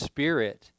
Spirit